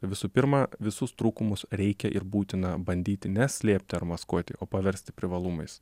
visų pirma visus trūkumus reikia ir būtina bandyti ne slėpti ar maskuoti o paversti privalumais